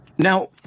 Now